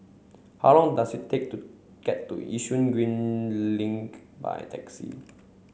how long does it take to get to Yishun Green Link by taxi